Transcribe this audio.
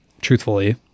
truthfully